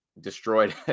destroyed